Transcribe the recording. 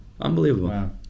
Unbelievable